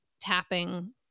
tapping